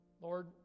Lord